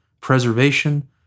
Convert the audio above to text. preservation